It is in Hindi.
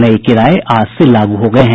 नये किराये आज से लागू हो गये हैं